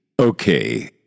Okay